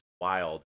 wild